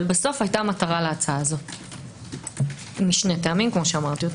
אבל בסוף הייתה מטרה להצעה הזו משני טעמים כפי שאמרתי.